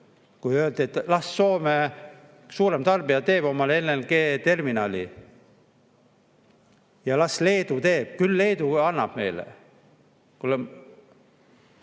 kui öeldi, et las Soome suurem tarbija teeb omale LNG-terminali. Ja las Leedu teeb, küll Leedu annab ka meile. Leedu